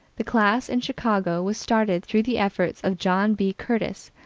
the class in chicago was started through the efforts of john b. curtis,